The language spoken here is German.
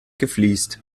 gefliest